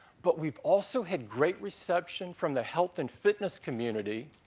but we've also had great reception from the health and fitness community.